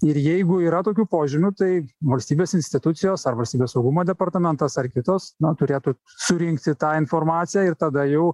ir jeigu yra tokių požymių tai valstybės institucijos ar valstybės saugumo departamentas ar kitos na turėtų surinkti tą informaciją ir tada jau